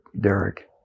Derek